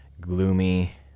gloomy